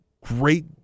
great